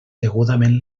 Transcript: degudament